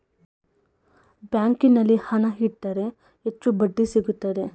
ಬ್ಯಾಂಕಿನಲ್ಲಿ ಹಣ ಇಟ್ಟರೆ ಹೆಚ್ಚು ಬಡ್ಡಿ ಸಿಗುತ್ತದೆ